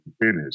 finish